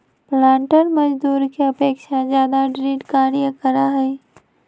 पालंटर मजदूर के अपेक्षा ज्यादा दृढ़ कार्य करा हई